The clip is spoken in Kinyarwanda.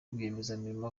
rwiyemezamirimo